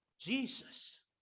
Jesus